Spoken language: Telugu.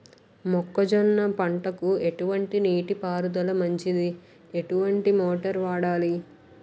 మొక్కజొన్న పంటకు ఎటువంటి నీటి పారుదల మంచిది? ఎటువంటి మోటార్ వాడాలి?